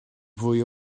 fwy